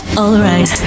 alright